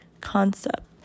concept